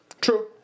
True